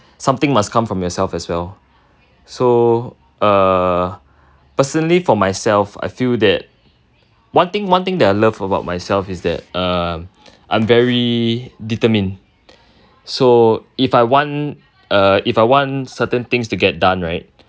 something must come from yourself as well so uh personally for myself I feel that one thing one thing that I love about myself is that uh I'm very determined so if I want uh I want certain things to get done right